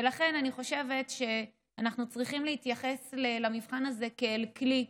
ולכן אני חושבת שאנחנו צריכים להתייחס למבחן הזה כאל כלי,